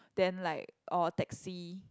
then like or taxi